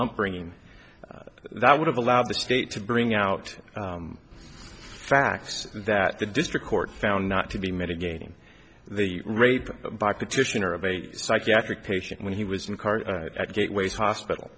upbringing that would have allowed the state to bring out facts that the district court found not to be mitigating the rape by petitioner of a psychiatric patient when he was in a car at gateway hospital